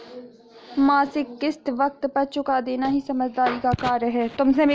मासिक किश्त वक़्त पर चूका देना ही समझदारी का कार्य है